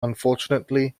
unfortunately